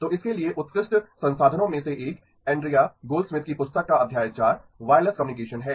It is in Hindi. तो इसके लिए उत्कृष्ट संसाधनों में से एक एंड्रिया गोल्डस्मिथ की पुस्तक का अध्याय 4 वायरलेस कम्युनिकेशन है